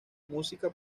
música